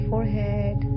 forehead